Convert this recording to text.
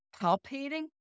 palpating